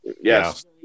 Yes